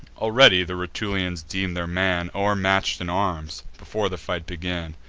already the rutulians deem their man o'ermatch'd in arms, before the fight began.